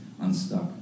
unstuck